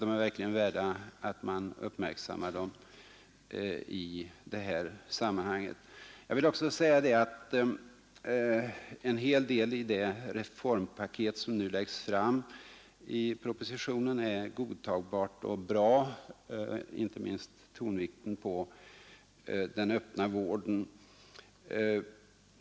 De är verkligen värda att man uppmärksammar dem i det här sammanhanget. Jag vill också säga att en hel del i det reformpaket som nu läggs fram i Propositionen är godtagbart och bra, inte minst tonvikten på den öppna vården.